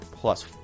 plus